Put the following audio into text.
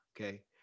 Okay